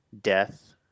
death